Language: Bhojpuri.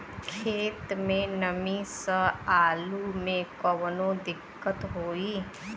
खेत मे नमी स आलू मे कऊनो दिक्कत होई?